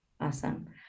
Awesome